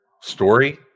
story